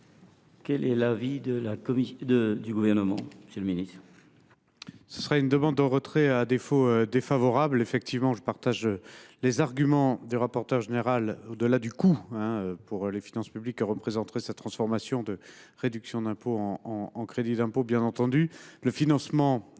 Quel est l’avis du Gouvernement ?